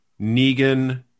Negan